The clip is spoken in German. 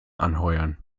anheuern